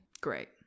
great